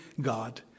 God